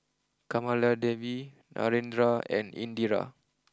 Kamaladevi Narendra and Indira